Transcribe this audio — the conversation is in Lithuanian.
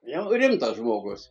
nul rimtas žmogus